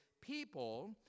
people